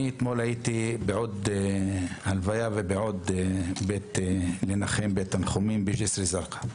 אני אתמול הייתי בעוד הלוויה ובעוד תנחומים בג'סר א-זרקא,